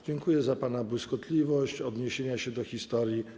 Dziękuję za pana błyskotliwość, odniesienia do historii.